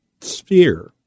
sphere